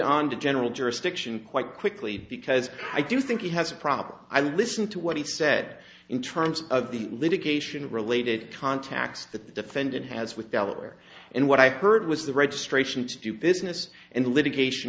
on to general jurisdiction quite quickly because i do think he has a problem i listened to what he said in terms of the litigation related contacts that the defendant has with delaware and what i purged was the registration to do business and the litigation